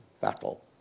battle